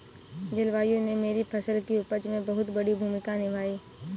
जलवायु ने मेरी फसल की उपज में बहुत बड़ी भूमिका निभाई